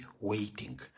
waiting